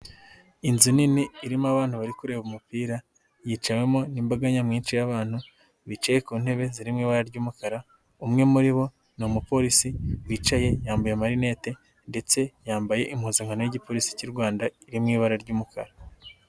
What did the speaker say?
Inzu nini irimo abana bari kureba umupira yicawemo n'imbaga nyamwinshi y'abantu bicaye ku ntebe ziri mu ibara ry'umukara, umwe muri bo ni umupolisi wicaye yambaye amarinete ndetse yambaye impuzankano y'igipolisi cy'u Rwanda iri mu ibara ry'umukara.